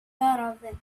caravan